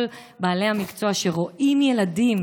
כל בעלי המקצוע שרואים ילדים,